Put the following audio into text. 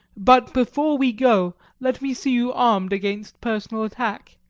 but before we go let me see you armed against personal attack.